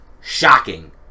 shocking